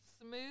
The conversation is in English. smooth